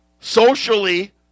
Socially